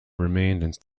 remained